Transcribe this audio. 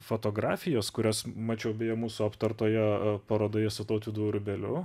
fotografijos kurias mačiau beje mūsų aptartoje parodoje su tautvydu urbeliu